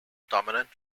dominant